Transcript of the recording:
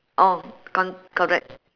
oh co~ correct